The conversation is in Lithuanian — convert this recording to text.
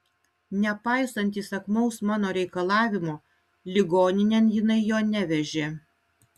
nepaisant įsakmaus mano reikalavimo ligoninėn jinai jo nevežė